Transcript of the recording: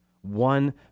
one